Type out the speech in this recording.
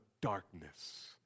darkness